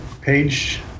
page